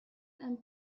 and